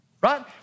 Right